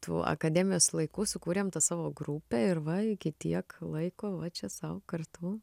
tų akademijos laikų sukūrėm tą savo grupę ir va iki tiek laiko va čia sau kartu